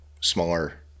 smaller